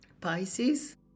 Pisces